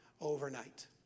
overnight